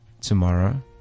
tomorrow